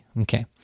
Okay